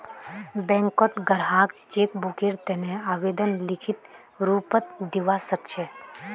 बैंकत ग्राहक चेक बुकेर तने आवेदन लिखित रूपत दिवा सकछे